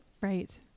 right